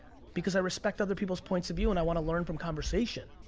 because i respect other people's points of view, and i wanna learn from conversation.